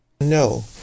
No